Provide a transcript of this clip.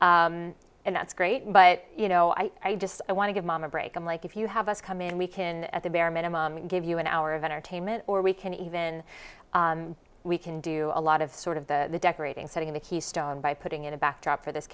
party and that's great but you know i just want to give mom a break i'm like if you have us come in we can at the bare minimum give you an hour of entertainment or we can even we can do a lot of sort of the decorating setting the keystone by putting in a backdrop for this